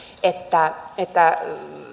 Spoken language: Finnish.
että että